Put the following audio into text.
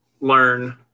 learn